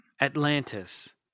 Atlantis